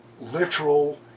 literal